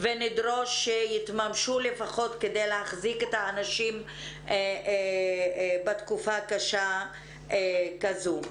ונדרוש שיתממשו לפחות כדי להחזיק את האנשים בתקופה הקשה הזאת.